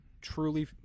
truly